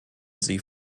sie